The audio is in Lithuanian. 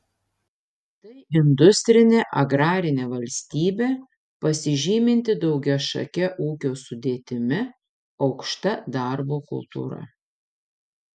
tai industrinė agrarinė valstybė pasižyminti daugiašake ūkio sudėtimi aukšta darbo kultūra